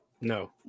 No